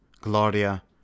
gloria